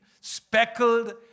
speckled